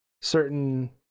certain